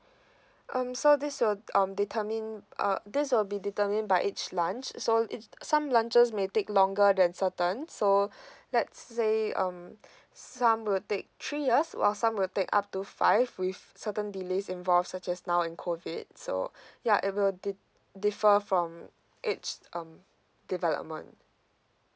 um so this will um determined uh this will be determined by each launch so it some launches may take longer than certain so let's say um some will take three years while some will take up to five with certain delays involved such as now in COVID so ya it will di~ differ from each um development